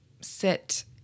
sit